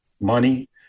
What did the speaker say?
money